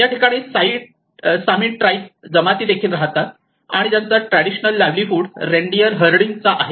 या ठिकाणी Sami tribe जमाती देखील राहतात आणि ज्यांचा ट्रॅडिशनल लाईव्हलीहूड रेनडिअर हर्डिंगचा आहे